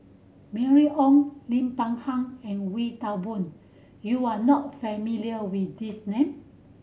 Mylene Ong Lim Peng Han and Wee Toon Boon you are not familiar with these name